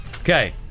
Okay